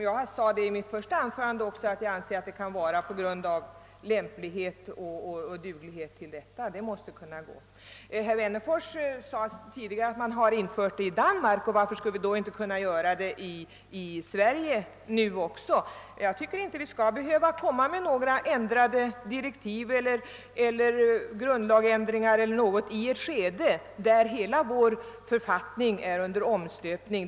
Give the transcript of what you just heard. Jag sade i mitt första anförande att en kvinna skulle kunna utses till statschef på grund av lämplighet och duglighet, och det anser jag fortfarande. Herr Wennerfors sade tidigare satt man infört kvinnlig tronföljd i Danmark, och han frågar mig varför vi inte då skulle kunna göra det i Sverigé också. Jag tycker inte att vi skall behövå ge ändrade direktiv i ett skede då hela vår författning är under omstöpning.